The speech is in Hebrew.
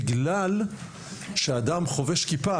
בגלל שאדם חובש כיפה,